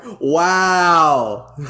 wow